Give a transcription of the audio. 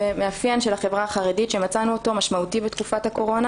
זה מאפיין של החברה החרדית שמצאנו אותו משמעותי בתקופת הקורונה